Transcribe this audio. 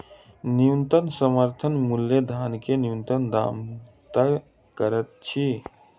न्यूनतम समर्थन मूल्य धान के न्यूनतम दाम तय करैत अछि